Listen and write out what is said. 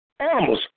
Animals